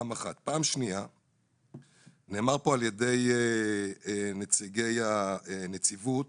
נאמר כאן על ידי נציגי הנציבות